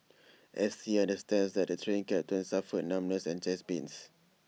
S T understands that the Train Captain suffered numbness and chest pains